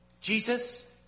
Jesus